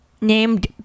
named